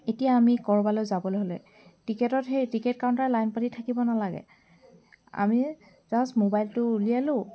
এতিয়া আমি ক'ৰবালৈ যাবলৈ হ'লে টিকেটত সেই টিকেট কাউণ্টাৰত লাইন পাতি থাকিব নালাগে আমি জাষ্ট মোবাইলটো উলিয়ালোঁ